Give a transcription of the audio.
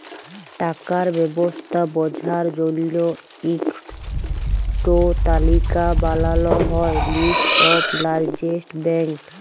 টাকার ব্যবস্থা বঝার জল্য ইক টো তালিকা বানাল হ্যয় লিস্ট অফ লার্জেস্ট ব্যাঙ্ক